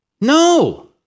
No